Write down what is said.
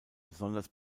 besonders